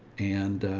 and,